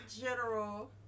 general